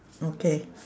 okay